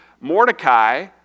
Mordecai